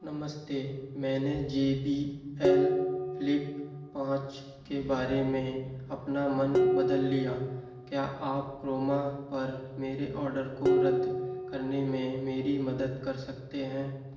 नमस्ते मैंने J B L Flip पाँच के बारे में अपना मन बदल लिया क्या आप क्रोमा पर मेरे ऑर्डर को रद्द करने में मेरी मदद कर सकते हैं